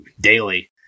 daily